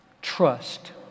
trust